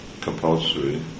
compulsory